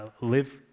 live